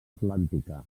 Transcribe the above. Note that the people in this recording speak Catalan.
atlàntica